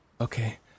Okay